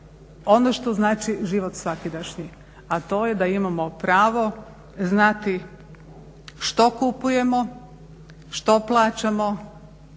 ono što znači život svakidašnji a to je da imamo pravo znati što kupujemo, što plaćamo